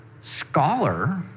scholar